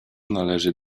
należy